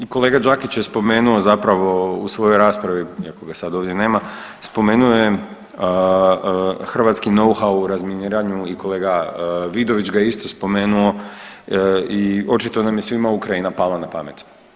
Kolega Đakić je spomenuo zapravo u svojoj raspravi, iako ga sad ovdje nema, spomenuo je hrvatski nouhau u razminiranju i kolega Vidović ga isto spomenuo i očito nam je svima Ukrajina pala na pamet.